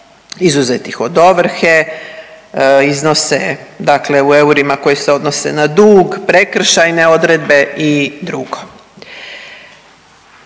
izuzetih od ovrhe iznose dakle u eurima koje se odnose na dug, prekršajne odredbe i drugo.